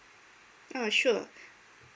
oh sure